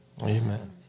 Amen